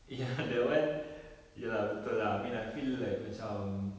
ya that one ya lah betul lah I mean I feel like macam